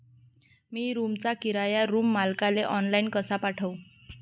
मी रूमचा किराया रूम मालकाले ऑनलाईन कसा पाठवू?